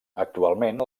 actualment